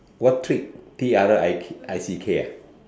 what trick T R I I C K ah